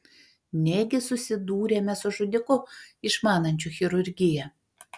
negi susidūrėme su žudiku išmanančiu chirurgiją